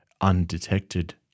undetected